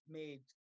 made